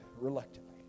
reluctantly